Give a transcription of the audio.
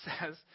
says